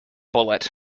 bullet